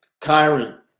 Kyron